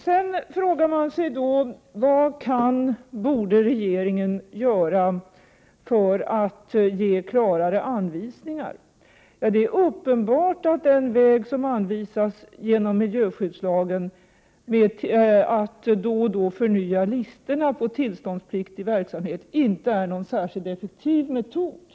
Då frågar man sig: Vad borde regeringen göra för att ge klarare anvisningar? Det är uppenbart att den väg som anvisas genom miljöskyddslagen, att då och då förnya listorna över tillståndspliktig verksamhet, inte är någon särskilt effektiv metod.